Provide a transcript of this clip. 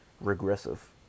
regressive